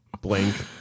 blink